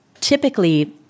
typically